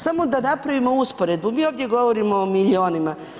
Samo da napravimo usporedbu, mi ovdje govorimo o milijunima.